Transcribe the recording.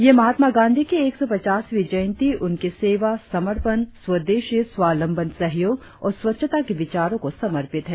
ये महात्मा गांधी की एक सौ पचासवीं जयंती उनके सेवा समर्पण स्वदेशी स्वावलंबन सहयोग और स्वच्छता के विचारों को समर्पित है